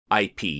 IP